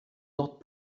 not